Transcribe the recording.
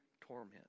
torment